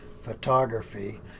photography